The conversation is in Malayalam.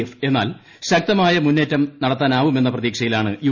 എഫ് എന്നാൽ ശക്തമായ മുന്നേറ്റം നടത്താനാവുമെന്ന പ്രതീക്ഷയിലാണ് യു